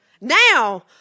Now